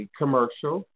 commercial